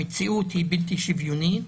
כי המציאות היא בלתי שוויונית.